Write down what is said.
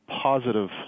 positive